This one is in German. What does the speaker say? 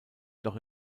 doch